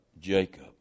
Jacob